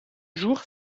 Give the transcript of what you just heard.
jour